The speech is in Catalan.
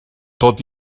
tot